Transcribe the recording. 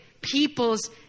people's